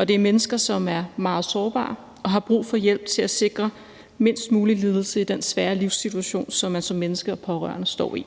det er mennesker, som er meget sårbare, og som har brug for hjælp til at sikre mindst mulig lidelse i den svære livssituation, de som menneske og pårørende står i.